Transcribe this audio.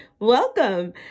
welcome